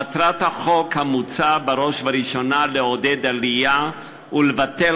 מטרת החוק המוצע היא בראש ובראשונה לעודד עלייה ולבטל